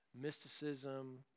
mysticism